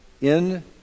in-